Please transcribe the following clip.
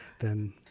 then-